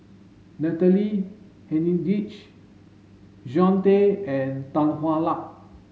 Natalie Hennedige John Tay and Tan Hwa Luck